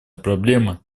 проблема